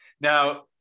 Now